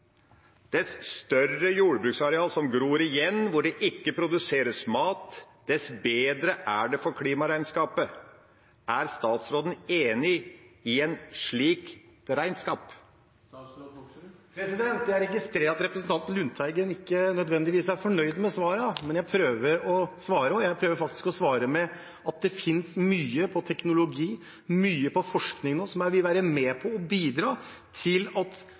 hvor det ikke produseres mat, dess bedre er det for klimaregnskapet – er statsråden enig i et slikt regnskap? Jeg registrerer at representanten Lundteigen ikke nødvendigvis er fornøyd med svarene, men jeg prøver å svare. Jeg prøver faktisk å svare med at det finnes mye når det gjelder teknologi, og mye når det gjelder forskning nå, som vil være med på å bidra til at